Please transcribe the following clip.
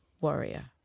warrior